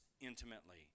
intimately